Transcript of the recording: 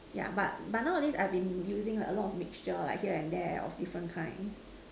yeah but but nowadays I have been using like a lot mixture here and there of different kind